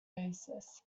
basis